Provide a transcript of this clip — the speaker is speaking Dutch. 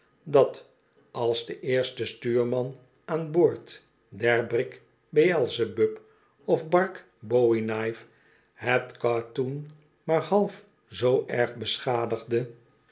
dat als de eerste stuurman aan boord der brik beelsebub of bark bowie knife het katoen maar half zoo erg beschadigde